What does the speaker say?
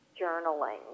journaling